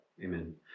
Amen